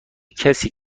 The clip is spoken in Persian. کسی